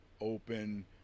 open